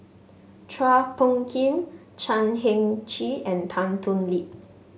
Chua Phung Kim Chan Heng Chee and Tan Thoon Lip